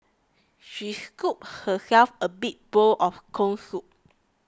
she scooped herself a big bowl of Corn Soup